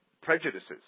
prejudices